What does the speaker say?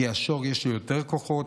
כי לשור יש יותר כוחות,